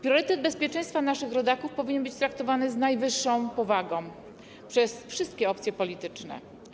Priorytet bezpieczeństwa naszych rodaków powinien być traktowany z najwyższą powagą przez wszystkie opcje polityczne.